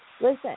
listen